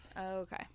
okay